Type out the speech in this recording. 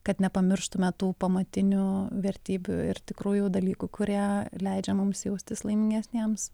kad nepamirštume tų pamatinių vertybių ir tikrųjų dalykų kurie leidžia mums jaustis laimingesniems